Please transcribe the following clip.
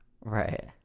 Right